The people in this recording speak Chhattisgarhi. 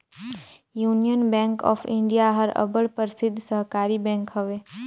यूनियन बेंक ऑफ इंडिया हर अब्बड़ परसिद्ध सहकारी बेंक हवे